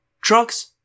Trucks